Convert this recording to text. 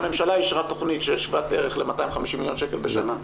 שהממשלה אישרה תכנית שהיא שוות ערך ל-250 מיליון שקל בשנה.